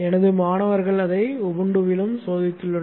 எனது மாணவர்கள் அதை உபுண்டுவிலும் சோதித்துள்ளனர்